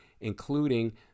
including